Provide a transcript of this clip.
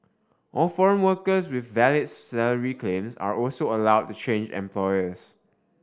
all foreign workers with valid salary claims are also allowed to change employers